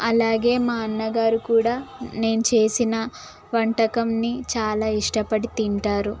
అలాగే మా అన్నగారు కూడా నేను చేసిన వంటకాన్ని చాలా ఇష్టపడి తింటారు